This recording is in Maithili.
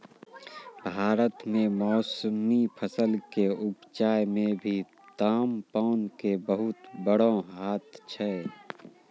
भारत मॅ मौसमी फसल कॅ उपजाय मॅ भी तामपान के बहुत बड़ो हाथ छै